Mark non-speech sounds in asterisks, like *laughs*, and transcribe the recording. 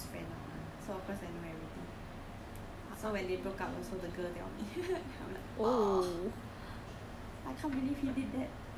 he was like we are very close friend [one] lah so of course I know everything so when they broke up also the girl tell me *laughs* then I'm like *noise*